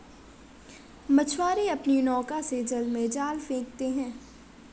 मछुआरे अपनी नौका से जल में जाल फेंकते हैं